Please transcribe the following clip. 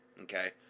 okay